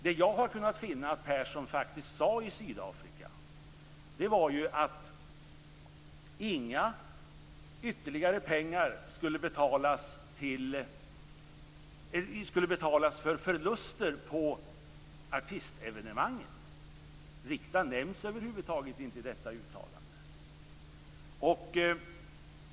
Det jag har kunnat finna att Persson faktiskt sade i Sydafrika var att inga ytterligare pengar skulle betalas för förluster på artistevenemangen. Rikta nämns över huvud taget inte i detta uttalande.